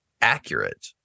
accurate